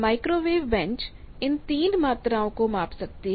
microwave bench इन 3 मात्राओं को माप सकती है